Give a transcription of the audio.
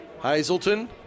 Hazelton